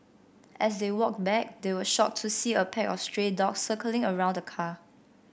as they walked back they were shocked to see a pack of stray dogs circling around the car